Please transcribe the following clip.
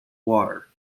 water